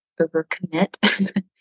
overcommit